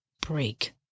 break